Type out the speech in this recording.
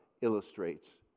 illustrates